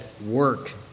work